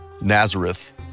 Nazareth